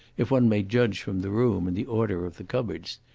if one may judge from the room and the order of the cupboards.